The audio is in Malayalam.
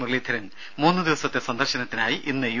മുരളീധരൻ മൂന്ന് ദിവസത്തെ സന്ദർശനത്തിനായി ഇന്ന് യു